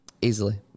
Easily